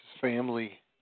family